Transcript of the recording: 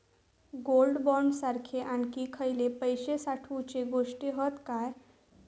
Gold bond सारखे आणखी खयले पैशे साठवूचे गोष्टी हत काय?